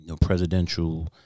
presidential